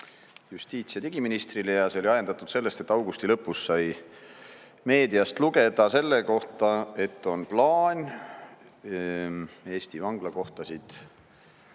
justiits‑ ja digiministrile. See oli ajendatud sellest, et augusti lõpus sai meediast lugeda selle kohta, et on plaan Eesti vanglakohtasid